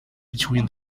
between